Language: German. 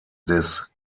des